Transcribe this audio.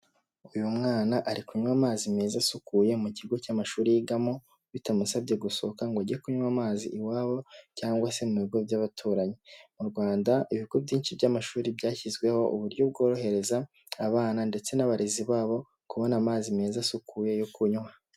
Uyu mwana ari kunywa amazi meza asukuye mu kigo cy'amashuri yigamo, bitamusabye gusohoka ngo ajye kunywa amazi iwabo cyangwa se mu bigo by'abaturanyi, mu Rwanda ibigo byinshi by'amashuri byashyizweho uburyo bworohereza abana ndetse n'abarezi babo kubona amazi meza asukuye yo kunywa.